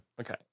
Okay